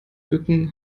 bücken